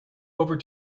over